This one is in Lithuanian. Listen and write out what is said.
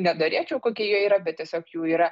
nenorėčiau kokie jie yra bet tiesiog jų yra